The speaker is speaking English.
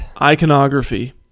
Iconography